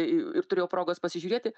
ir turėjau progos pasižiūrėti